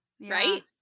right